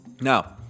now